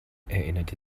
erinnerte